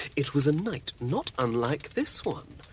it was a night not unlike this one.